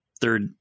third